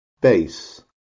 base